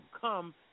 come